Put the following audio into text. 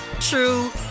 true